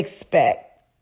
expect